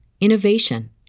innovation